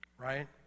right